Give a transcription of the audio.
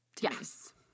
Yes